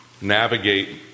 navigate